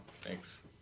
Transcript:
Thanks